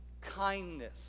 Kindness